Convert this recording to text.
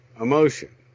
emotion